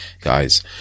guys